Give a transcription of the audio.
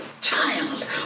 child